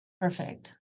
Perfect